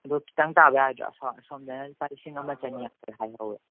ꯑꯗꯣ ꯈꯤꯇꯪ ꯇꯥꯕ ꯌꯥꯔꯣꯏꯗ꯭ꯔꯣ ꯑꯁꯣꯝꯗꯅ ꯂꯨꯄꯥ ꯂꯤꯁꯤꯡ ꯑꯃ ꯆꯅꯤ ꯍꯥꯏꯍꯧꯋꯤ